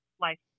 life